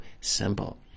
simple